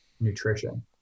nutrition